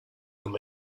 them